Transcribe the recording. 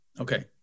Okay